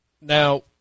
Now